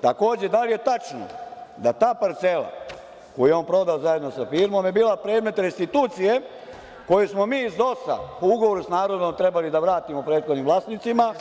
Takođe, da li je tačno da ta parcela, koju je on prodao zajedno sa firmom, je bila predmet restitucije, koju smo mi iz DOS-a, po ugovoru sa narodom trebali da vrtimo prethodnim vlasnicima,